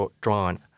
drawn